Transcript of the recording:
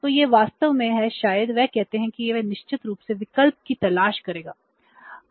तो यह वास्तव में है शायद वे कहते हैं कि वे निश्चित रूप से विकल्प की तलाश करेंगे